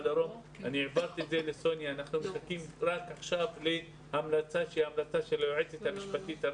העברתי לסוניה ואנחנו מחכים עכשיו להמלצה שהיא המלצה של היועצת המשפטית.